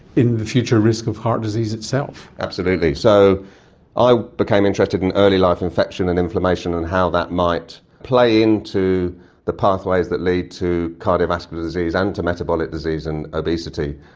in the future risk of heart disease itself. absolutely. so i became interested in early life infection and inflammation and how that might play into the pathways that leads to cardiovascular disease and to metabolic disease and obesity.